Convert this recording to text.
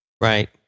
Right